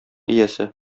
иясе